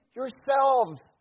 yourselves